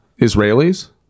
Israelis